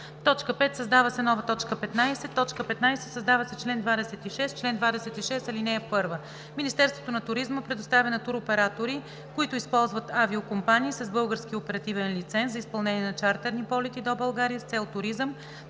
т. 5. „5. Създава се нова т. 15: „15. Създава се чл. 26: „Чл. 26 (1) Министерството на туризма предоставя на туроператори, които използват авиокомпании с български оперативен лиценз за изпълнение на чартърни полети до България с цел туризъм,